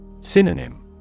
Synonym